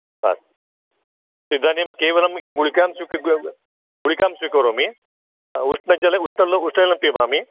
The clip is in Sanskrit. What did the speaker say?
हा इदानीं केवलं यद् गुलिकां स्वीक गु गुलिकां स्वीकरोमि उष्णजले उ उष्णजलं पिबामि